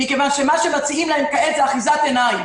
מה שמציעים להם כעת זה אחיזת עיניים,